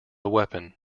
weapon